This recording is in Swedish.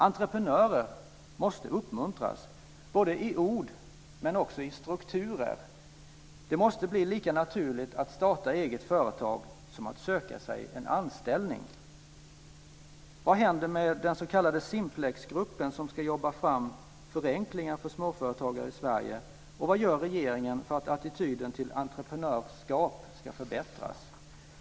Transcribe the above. Entreprenörer måste uppmuntras, både i ord och i strukturer. Det måste bli lika naturligt att starta eget företag som att söka sig en anställning. Vad händer med den s.k. Simplexgruppen som ska jobba fram förenklingar för småföretagare i Sverige? Vad gör regeringen för att attityden till entreprenörskap ska förbättras?